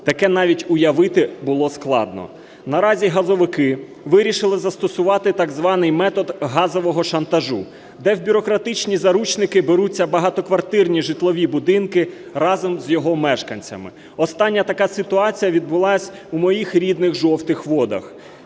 таке навіть уявити було складно. На разі газовики вирішили застосувати так званий метод газового шантажу, де в бюрократичні заручники беруться багатоквартирні житлові будинки разом з його мешканцями. Остання така ситуація відбулась у моїх рідних Жовтих Водах.